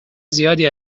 زیادی